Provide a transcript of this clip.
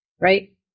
right